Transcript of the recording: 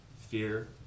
fear